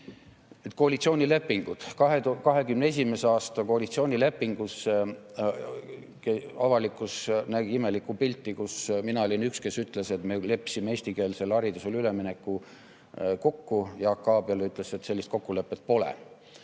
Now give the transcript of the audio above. Koalitsioonilepingud. 2021. aasta koalitsioonilepingus nägi avalikkus imelikku pilti, kus mina olin üks, kes ütles, et me leppisime eestikeelsele haridusele ülemineku kokku, aga Jaak Aab ütles, et sellist kokkulepet pole.